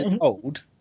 old